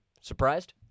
Surprised